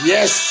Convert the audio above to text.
Yes